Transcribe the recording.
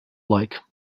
like